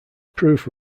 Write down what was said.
proof